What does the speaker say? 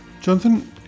Jonathan